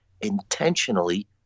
intentionally